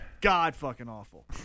God-fucking-awful